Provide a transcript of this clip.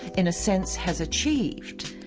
in a sense, has achieved.